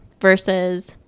versus